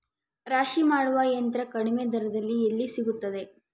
ರಾಶಿ ಮಾಡುವ ಯಂತ್ರ ಕಡಿಮೆ ದರದಲ್ಲಿ ಎಲ್ಲಿ ಸಿಗುತ್ತದೆ?